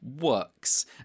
works